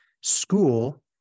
school